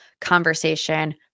conversation